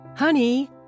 Honey